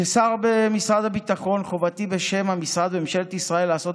כשר במשרד הביטחון חובתי בשם המשרד וממשלת ישראל לעשות